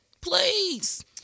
Please